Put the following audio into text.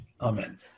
Amen